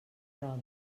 roda